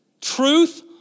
Truth